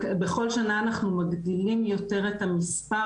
בכל שנה אנחנו מגדילים יותר את המספר,